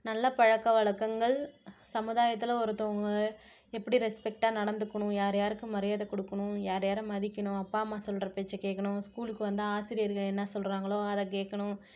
நல்ல பழக்கவழக்கங்கள் சமுதாயத்தில் ஒருத்தவங்க எப்படி ரெஸ்பெக்ட்டாக நடந்துக்கணும் யார் யாருக்கு மரியாதை கொடுக்கணும் யார் யாரை மதிக்கணும் அப்பா அம்மா சொல்கிற பேச்சை கேட்கணும் ஸ்கூலுக்கு வந்தால் ஆசிரியர்கள் என்ன சொல்கிறாங்களோ அதை கேட்கணும்